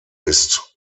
ist